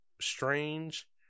strange